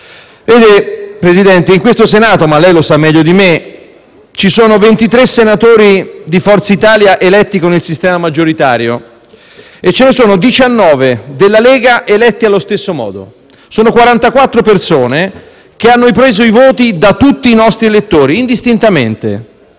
marzo. Presidente, in questo Senato - lei lo sa meglio di me - ci sono 23 senatori di Forza Italia eletti con il sistema maggioritario e ce ne sono 19 della Lega eletti allo stesso modo. Sono 44 persone che hanno preso i voti da tutti i nostri elettori indistintamente.